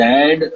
Dad